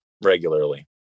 regularly